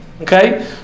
Okay